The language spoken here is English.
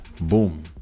Boom